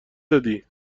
دادی